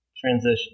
transition